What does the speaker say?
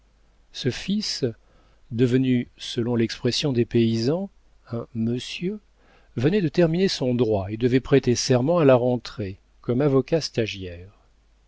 ce fils devenu selon l'expression des paysans un monsieur venait de terminer son droit et devait prêter serment à la rentrée comme avocat stagiaire